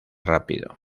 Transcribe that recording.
rápido